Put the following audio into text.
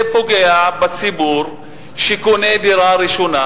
זה פוגע בציבור שקונה דירה ראשונה,